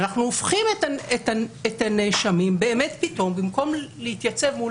ואנחנו הופכים את הנאשמים פתאום במקום להתייצב מול